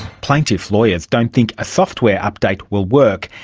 plaintiff lawyers don't think a software update will work,